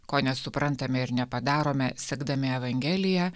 ko nesuprantame ir nepadarome sekdami evangeliją